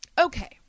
Okay